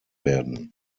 werden